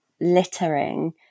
littering